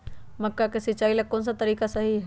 मक्का के सिचाई ला कौन सा तरीका सही है?